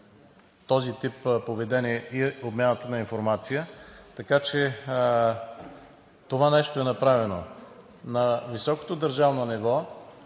този тип поведение и обмяната на информация, така че това нещо е направено. На високото държавно ниво,